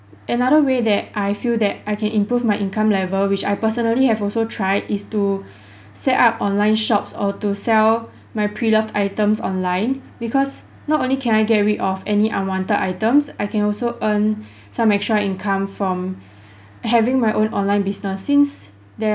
another way that I feel that I can improve my income level which I personally have also tried is to set up online shops or to sell my pre-loved items online because not only can I get rid of any unwanted items I can also earn some extra income from having my own online business since there